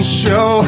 show